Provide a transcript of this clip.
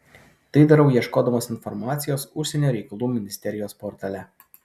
tai darau ieškodamas informacijos užsienio reikalų ministerijos portale